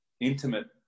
intimate